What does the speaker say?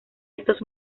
estos